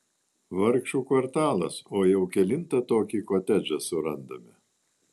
vargšų kvartalas o jau kelintą tokį kotedžą surandame